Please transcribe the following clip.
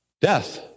Death